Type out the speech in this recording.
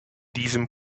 diesem